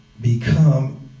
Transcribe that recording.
become